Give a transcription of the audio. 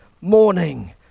morning